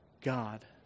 God